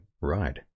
Right